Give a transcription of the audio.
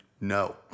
no